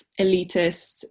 elitist